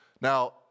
Now